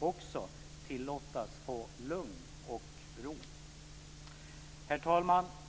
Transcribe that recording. också tillåtas få lugn och ro. Herr talman!